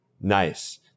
Nice